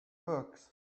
works